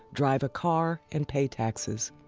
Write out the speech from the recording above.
drive a car, and pay taxes.